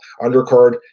undercard